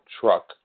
truck